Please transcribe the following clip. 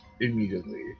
immediately